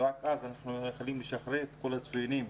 ורק אז אנחנו יכולים לשחרר את כל הציונים,